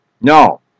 No